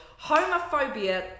Homophobia